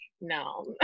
no